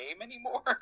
anymore